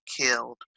killed